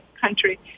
country